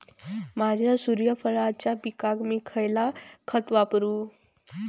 माझ्या सूर्यफुलाच्या पिकाक मी खयला खत वापरू?